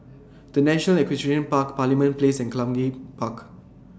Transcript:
The National Equestrian Park Parliament Place and Cluny Park